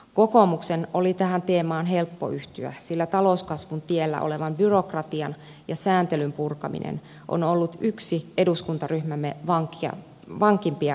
kokoomuksen oli tähän teemaan helppo yhtyä sillä talouskasvun tiellä olevan byrokratian ja sääntelyn purkaminen on ollut yksi eduskuntaryhmämme vankimpia perusteemoja